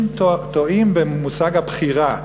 אנשים טועים במושג הבחירה,